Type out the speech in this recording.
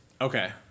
Okay